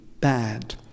bad